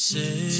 Say